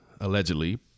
allegedly